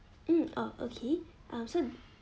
mm ah okay uh so